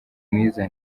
mwiza